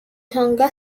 tonga